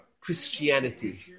Christianity